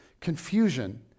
confusion